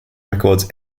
records